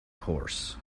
horse